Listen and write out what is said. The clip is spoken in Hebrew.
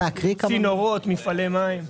צינורות, מפעלי מים.